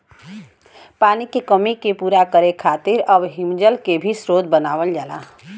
पानी के कमी के पूरा करे खातिर अब हिमजल के भी स्रोत बनावल जाला